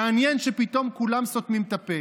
מעניין שפתאום כולם סותמים את הפה.